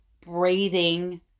breathing